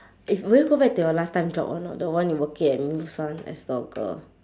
if will you go back to your last time job or not the one you working at muse [one] as door girl